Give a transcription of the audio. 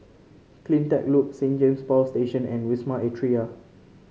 CleanTech Loop Saint James Power Station and Wisma Atria